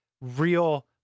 real